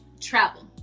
travel